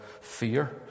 fear